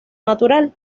natural